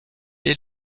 est